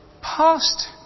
past